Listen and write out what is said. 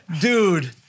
dude